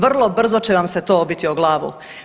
Vrlo brzo će vam se to obiti o glavu.